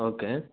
okay